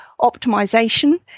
optimization